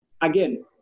again